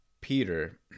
Peter